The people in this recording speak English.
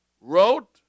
wrote